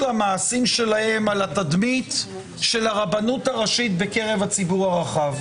המעשים שלהם על התדמית של הרבנות הראשית בקרב הציבור הרחב.